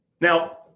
Now